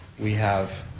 we have